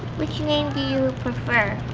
which name do you prefer?